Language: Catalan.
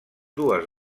dues